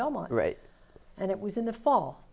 belmont right and it was in the fall